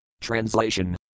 Translation